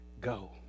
go